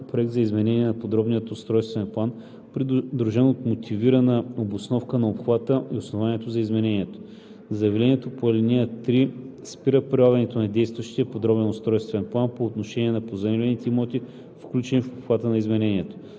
проект за изменение на подробния устройствен план, придружен от мотивирана обосновка на обхвата и основанието за изменението. (4) Заявлението по ал. 3 спира прилагането на действащия подробен устройствен план по отношение на поземлените имоти, включени в обхвата на изменението.